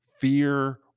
fear